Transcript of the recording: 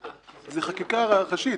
זה חקיקה ראשית.